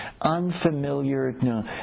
unfamiliar